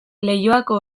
leioako